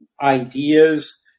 ideas